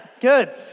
Good